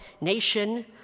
nation